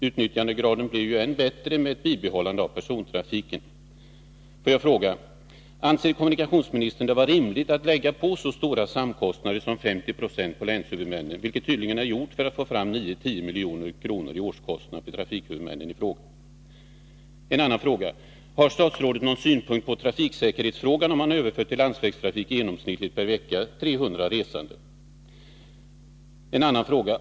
Utnyttjandegraden blir ju högre med ett bibehållande av persontrafiken. Får jag fråga: Anser kommunikationsministern det vara rimligt att lägga på så stora samkostnader som 50 26 på länshuvudmännen, vilket man tydligen har gjort när man fått fram summan 9-10 milj.kr. i årskostnad för trafikhuvudmännen i fråga? Har statsrådet någon synpunkt på trafiksäkerhetsfrågan vid en överföring av genomsnittligt 300 resande per vecka till landsvägstrafik?